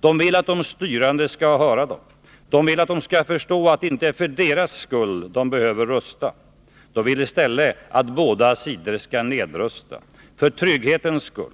De vill att de styrande skall höra dem, att de skall förstå att det inte är för deras skull de behöver rusta. De vill i stället att båda sidor skall nedrusta, för trygghetens skull